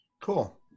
Cool